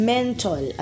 Mental